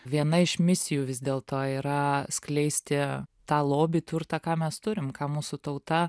viena iš misijų vis dėlto yra skleisti tą lobį turtą ką mes turim ką mūsų tauta